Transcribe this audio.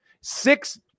Six